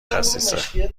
خسیسه